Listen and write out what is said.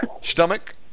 Stomach